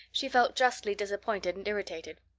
she felt justly disappointed and irritated.